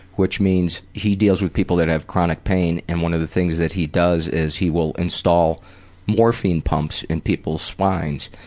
which means he deals with people that have chronic pain and one of the things that he does is he will install morphine pumps in people's spines,